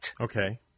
Okay